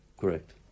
Correct